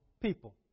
people